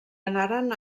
anaren